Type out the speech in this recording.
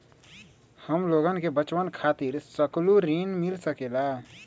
हमलोगन के बचवन खातीर सकलू ऋण मिल सकेला?